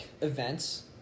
events